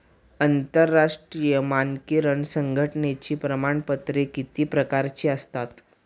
आंतरराष्ट्रीय मानकीकरण संघटनेची प्रमाणपत्रे किती प्रकारची असतात?